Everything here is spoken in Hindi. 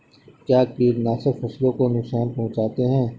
क्या कीटनाशक फसलों को नुकसान पहुँचाते हैं?